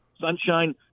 sunshine